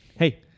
Hey